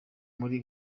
muri